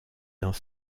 dans